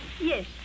Yes